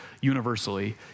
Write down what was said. universally